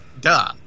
duh